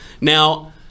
now